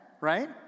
right